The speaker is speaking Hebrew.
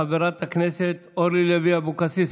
חברת הכנסת אורלי לוי אבקסיס,